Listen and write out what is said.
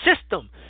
system